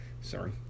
Sorry